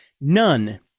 none